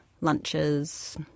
lunches